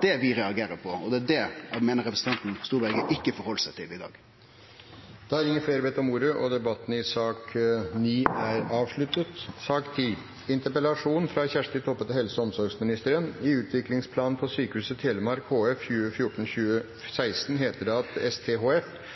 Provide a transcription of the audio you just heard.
Det er det vi reagerer på, og det er det eg meiner representanten Storberget ikkje held seg til i dag. Flere har ikke bedt om ordet til sak nr. 9. Utviklingsplanen 2014–2016 for Sykehuset Telemark helseføretak og vedtaket til styret i Sykehuset Telemark om å avvikla akutt- og døgnfunksjonar ved Rjukan og Kragerø sjukehus vart stadfesta i føretaksmøtet i Helse Sør-Øst den 5. juni 2014.